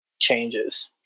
changes